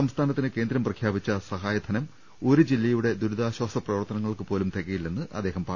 സംസ്ഥാ നത്തിന് കേന്ദ്രം പ്രഖ്യാപിച്ച സഹായധനം ഒരു ജില്ലയുടെ ദുരിതാശാസ പ്രവർത്തനങ്ങൾക്കുപോലും തികയില്ലെന്ന് അദ്ദേഹം പറഞ്ഞു